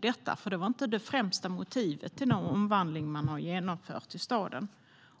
Det var inte det främsta motivet till den genomförda omvandlingen i staden.